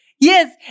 Yes